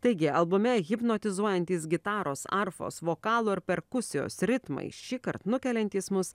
taigi albume hipnotizuojantys gitaros arfos vokalo ir perkusijos ritmai šįkart nukeliantys mus